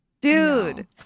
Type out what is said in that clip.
dude